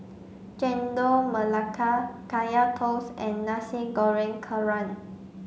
Chendol Melaka Kaya Toast and Nasi Goreng Kerang